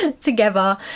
together